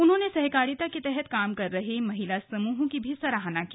उन्होंने सहकारिता के तहत काम कर रहे महिला समूहों की सराहना की